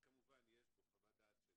וכמובן יש בו חוות דעת של